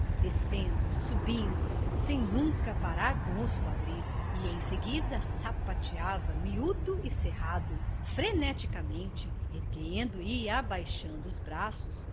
descendo subindo sem nunca parar com os quadris e em seguida sapateava miúdo e cerrado freneticamente erguendo e abaixando os braços